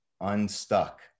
unstuck